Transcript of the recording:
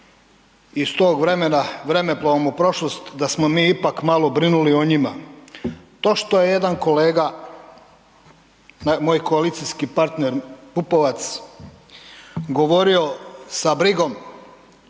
iz tog vremena, vremeplovom u prošlost, da smo mi ipak malo brinuli o njima. To što je jedan kolega, moj koalicijski partner Pupovac sa brigom